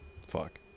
fuck